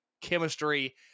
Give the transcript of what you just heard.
chemistry